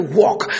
walk